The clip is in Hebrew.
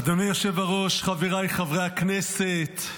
אדוני היושב-ראש, חבריי חברי הכנסת,